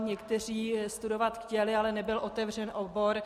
Někteří studovat chtěli, ale nebyl otevřen obor.